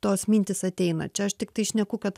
tos mintys ateina čia aš tiktai šneku kad